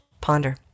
ponder